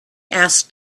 asked